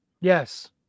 Yes